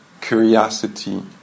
curiosity